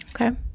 Okay